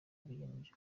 biyemeje